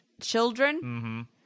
children